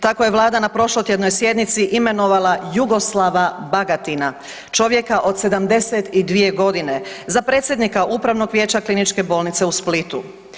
Tako je Vlada na prošlotjednoj sjednici imenovala Jugoslava Bagatina, čovjeka od 72 godine za predsjednika Upravnog vijeća Kliničke bolnice u Splitu.